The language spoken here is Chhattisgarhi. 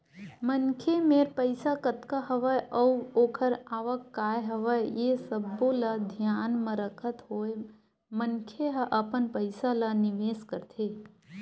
मनखे मेर पइसा कतका हवय अउ ओखर आवक काय हवय ये सब्बो ल धियान म रखत होय मनखे ह अपन पइसा ल निवेस करथे